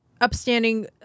upstanding